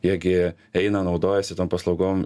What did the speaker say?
jie gi eina naudojasi tom paslaugom